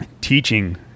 teaching